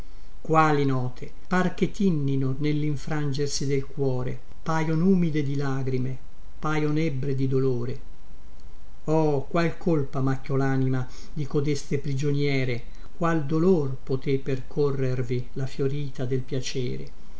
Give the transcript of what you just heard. quali note par che tinnino nellinfrangersi del cuore paion umide di lagrime paion ebbre di dolore oh qual colpa macchiò lanima di codeste prigioniere qual dolor poté precorrervi la fiorita del piacere